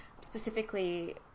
specifically